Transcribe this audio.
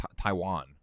Taiwan